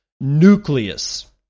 Nucleus